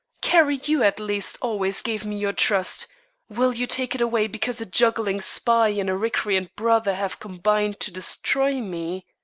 carrie, you at least always gave me your trust will you take it away because a juggling spy and a recreant brother have combined to destroy me?